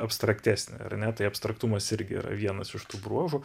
abstraktesnį ar ne tai abstraktumas irgi yra vienas iš tų bruožų